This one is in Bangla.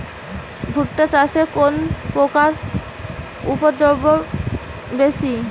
ভুট্টা চাষে কোন পোকার উপদ্রব বেশি?